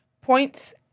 Points